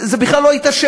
זה בכלל לא היה שאלה,